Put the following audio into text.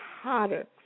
hotter